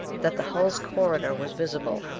that the hull's corridor was visible.